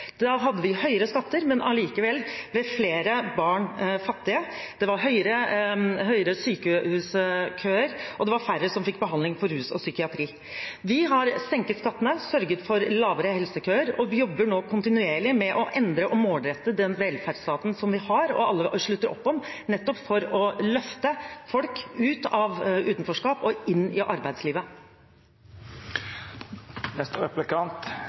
Da hadde vi høyere skatter, men allikevel ble flere barn fattige, og det var lengre sykehuskøer og færre som fikk behandling innen rus og psykiatri. Vi har senket skattene, sørget for kortere helsekøer og jobber nå kontinuerlig med å endre og målrette den velferdsstaten som vi har, og som alle slutter opp om, nettopp for å løfte folk ut av utenforskap og inn i arbeidslivet.